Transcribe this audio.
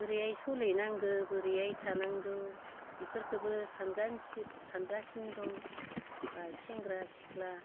बोरैहाय सोलिनांगौ बोरैहाय थानांगौ बेफोरखौबो सानगासिनो दं आरो सेंग्रा सिख्ला